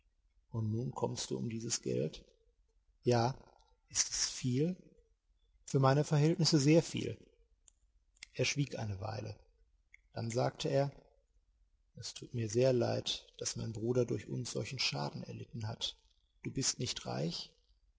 und nun kommst du um dieses geld ja ist es viel für meine verhältnisse sehr viel er schwieg eine weile dann sagte er es tut mir sehr leid daß mein bruder durch uns solchen schaden erlitten hat du bist nicht reich